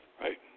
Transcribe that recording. right